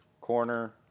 corner